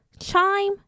Chime